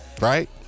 Right